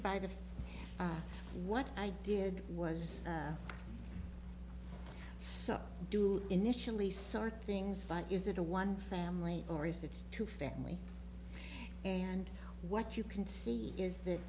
by the what i did was so do initially sort things but is it a one family or is it two family and what you can see is that